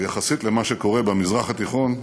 ויחסית למה שקורה במזרח התיכון,